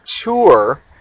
tour